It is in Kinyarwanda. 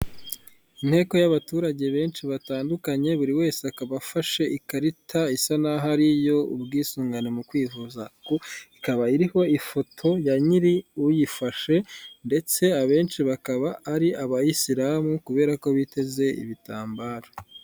Inteko y'abaturage benshi batandukanye buri wese akaba afashe ikarita isa naho ari iy'ubwisungane mu kwivuza, ikaba iriho ifoto ya nyiri uyifashe ndetse abenshi bakaba ari abayisilamu kubera ko biteze ibitambaro.